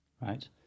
right